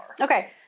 Okay